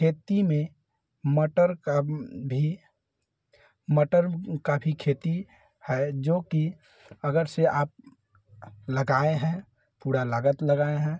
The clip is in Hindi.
खेती में मटर का भी मटर का भी खेती है जो कि अगर से आप लगाएँ हैं पूरा लागत लगाएँ हैं